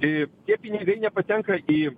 i tie pinigai nepatenka į